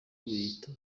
wiyita